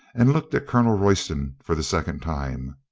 and looked at colonel royston for the second time.